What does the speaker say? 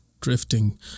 drifting